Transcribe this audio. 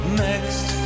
next